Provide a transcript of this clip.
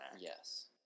Yes